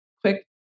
quick